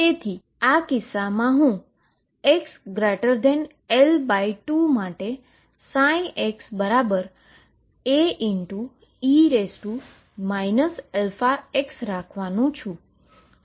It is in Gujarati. તેથી આ કિસ્સામાં હું xL2 માટે xA e αx રાખવાનો છું